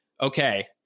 okay